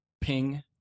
ping